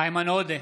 איימן עודה,